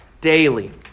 daily